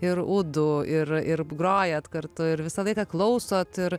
ir udu ir ir grojat kartu ir visą laiką klausot ir